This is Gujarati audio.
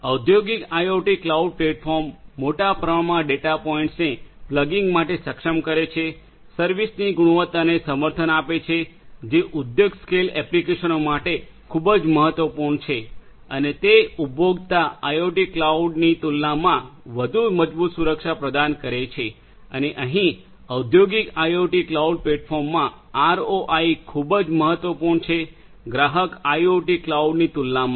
ઔદ્યોગિક આઇઓટી ક્લાઉડ પ્લેટફોર્મ મોટા પ્રમાણમાં ડેટા પોઇન્ટ્સને પ્લગીંગ માટે સક્ષમ કરે છે સર્વિસની ગુણવત્તાને સમર્થન આપે છે જે ઉદ્યોગ સ્કેલસ્કેલ એપ્લિકેશનો માટે ખૂબ જ મહત્વપૂર્ણ છે અને તે ઉપભોક્તા આઇઓટી ક્લાઉડની તુલનામાં વધુ મજબૂત સુરક્ષા પ્રદાન કરે છે અને અહીં ઔદ્યોગિક આઇઓટી ક્લાઉડ પ્લેટફોર્મમા આરઓઆઈ ખૂબ જ મહત્વપૂર્ણ છે ગ્રાહક આઇઓટી ક્લાઉડની તુલનામાં